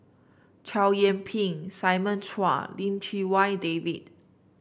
Chow Yian Ping Simon Chua Lim Chee Wai David